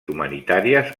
humanitàries